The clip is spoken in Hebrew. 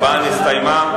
6,